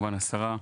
כמובן השרה,